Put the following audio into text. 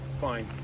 fine